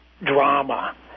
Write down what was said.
drama